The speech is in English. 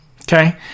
okay